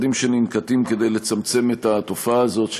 צעדים שננקטים כדי לצמצם את התופעה הזאת,